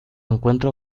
encuentro